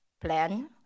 plan